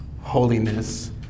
holiness